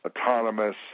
autonomous